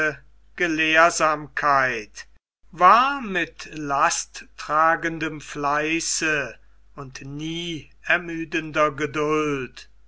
gelehrsamkeit war mit lasttragendem fleiße und nie ermüdender geduld